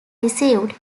received